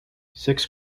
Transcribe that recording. six